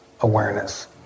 awareness